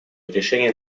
решение